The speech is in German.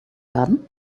werden